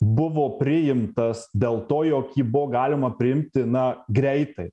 buvo priimtas dėl to jog jį buvo galima priimti na greitai